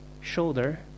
shoulder